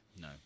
No